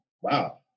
wow